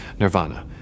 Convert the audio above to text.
Nirvana